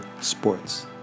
sports